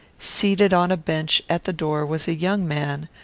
seated on a bench at the door was a young man,